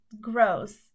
gross